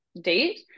date